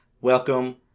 Welcome